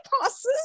passes